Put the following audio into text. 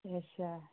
अच्छा